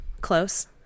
close